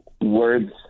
words